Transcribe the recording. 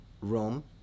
Rome